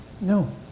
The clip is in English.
No